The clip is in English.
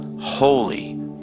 holy